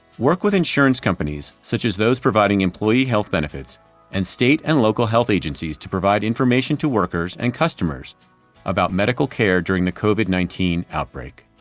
work with insurance companies such as those providing employee health benefits and state and local health agencies to provide information to workers and customers about medical care during the covid nineteen outbreak.